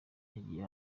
yagiye